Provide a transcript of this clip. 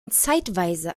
zeitweise